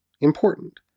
important